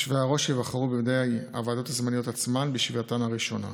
יושבי-הראש ייבחרו בידי הוועדות הזמניות עצמן בישיבתן הראשונה.